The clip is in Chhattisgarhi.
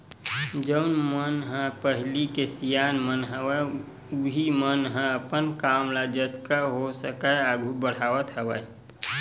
जउन मन ह पहिली के सियान मन हवय उहीं मन ह अपन काम ल जतका हो सकय आघू बड़हावत हवय